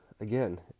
again